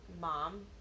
mom